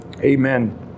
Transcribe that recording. amen